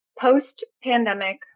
post-pandemic